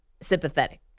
sympathetic